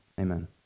amen